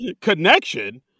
Connection